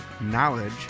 knowledge